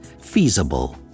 feasible